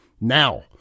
Now